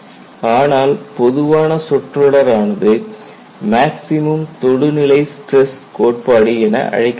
ஆனால் பொதுவான சொற்றொடர் ஆனது மேக்ஸிமம் தொடுநிலை ஸ்டிரஸ் கோட்பாடு என அழைக்கப்படுகிறது